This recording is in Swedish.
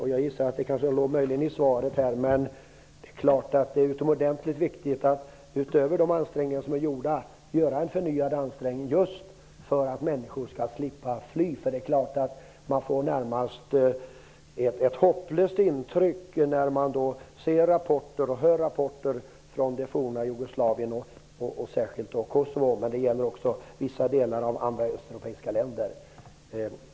Herr talman! Utöver de ansträngningar som är gjorda är det klart att det är utomordentligt viktigt att göra en förnyad ansträngning just för att människor skall slippa att fly. Man får närmast ett hopplöst intryck när det kommer rapporter från det forna Jugoslavien, och särskilt då från Kosovo men också från vissa delar av andra östeuropeiska länder.